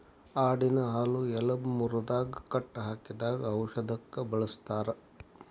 ಆಡಿನ ಹಾಲು ಎಲಬ ಮುರದಾಗ ಕಟ್ಟ ಹಾಕಿದಾಗ ಔಷದಕ್ಕ ಬಳಸ್ತಾರ